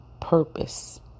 purpose